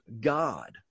God